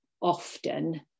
often